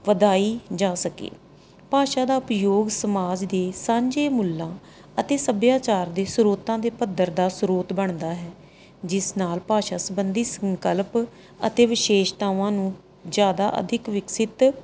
ਵਧਾਈ ਜਾ ਸਕੇ ਭਾਸ਼ਾ ਦਾ ਉਪਯੋਗ ਸਮਾਜ ਦੇ ਸਾਂਝੇ ਮੁੱਲਾਂ ਅਤੇ ਸੱਭਿਆਚਾਰ ਦੇ ਸਰੋਤਾਂ ਦੇ ਪੱਧਰ ਦਾ ਸਰੋਤ ਬਣਦਾ ਹੈ ਜਿਸ ਨਾਲ ਭਾਸ਼ਾ ਸਬੰਧੀ ਸੰਕਲਪ ਅਤੇ ਵਿਸ਼ੇਸ਼ਤਾਵਾਂ ਨੂੰ ਜ਼ਿਆਦਾ ਅਧਿਕ ਵਿਕਸਿਤ